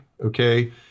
okay